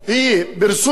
למה זה גורם.